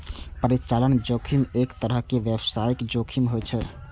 परिचालन जोखिम एक तरहक व्यावसायिक जोखिम होइ छै